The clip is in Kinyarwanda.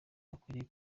akwiriye